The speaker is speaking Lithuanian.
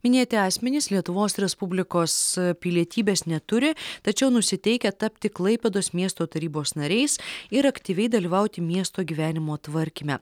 minėti asmenys lietuvos respublikos pilietybės neturi tačiau nusiteikę tapti klaipėdos miesto tarybos nariais ir aktyviai dalyvauti miesto gyvenimo tvarkyme